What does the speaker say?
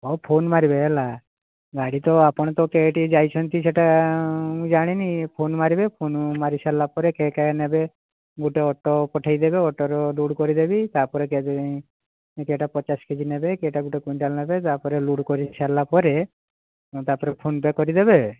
ହଉ ଫୋନ୍ ମାରିବେ ହେଲା ଗାଡ଼ି ତ ଆପଣ ତ କେଇଟି ଯାଇଛନ୍ତି ସେଟା ମୁଁ ଜାଣିନି ଫୋନ୍ ମାରିବେ ଫୋନ୍ ମାରି ସାରିଲା ପରେ କିଏ କାଳେ ନେବେ ଗୋଟେ ଅଟୋ ପଠାଇ ଦେବେ ଅଟୋରେ ଲୋଡ଼୍ କରିଦେବି ତା'ପରେ କେବେ କେଇଟା ପଚାଶ କେ ଜି ନେବେ କେଇଟା ଗୋଟେ କ୍ଵିଣ୍ଟାଲ୍ ନେବେ ଯାହା ପରେ ଲୋଡ଼୍ କରିସାରିଲା ପରେ ତା'ପରେ ଫୋନ୍ ପେ କରିଦେବେ